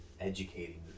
educating